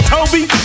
Toby